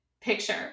picture